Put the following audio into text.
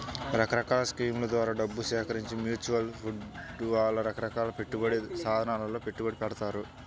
రకరకాల స్కీముల ద్వారా డబ్బు సేకరించి మ్యూచువల్ ఫండ్ వాళ్ళు రకరకాల పెట్టుబడి సాధనాలలో పెట్టుబడి పెడతారు